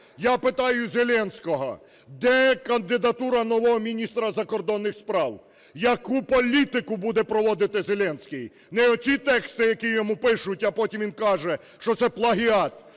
Я питаюЗеленського. Де кандидатура нового міністра закордонних справ? Яку політику буде проводити Зеленський? Не оті тексти, які йому пишуть, а потім він каже, що це плагіат,